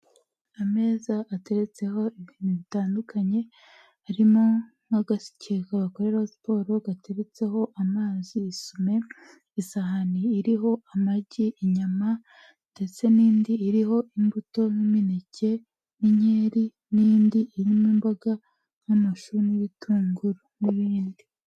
Ameza ateretseho ibintu bitandukanye, harimo nk'agasekezo wakoreraho siporo, gateretseho amazi, isume, isahani iriho amagi, inyama ndetse n'indi iriho imbuto, n'imineke, n'inkeri, n'indi iriho imboga nk'amashu n'ibitunguru, n'ibindi.